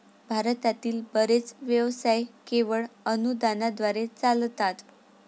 भारतातील बरेच व्यवसाय केवळ अनुदानाद्वारे चालतात